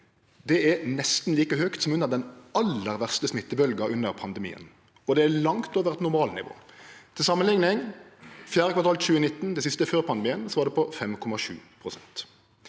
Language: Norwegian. Det er nesten like høgt som under den aller verste smittebølga under pandemien, og det er langt over eit normalnivå. Til samanlikning: Fjerde kvartal 2019, det siste før pandemien, var det på 5,7 pst.